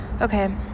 Okay